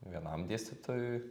vienam dėstytojui